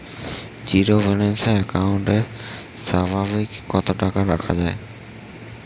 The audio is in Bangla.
জীরো ব্যালেন্স একাউন্ট এ সর্বাধিক কত টাকা রাখা য়ায়?